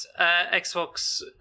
Xbox